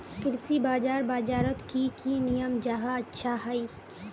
कृषि बाजार बजारोत की की नियम जाहा अच्छा हाई?